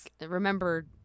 remember